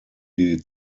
die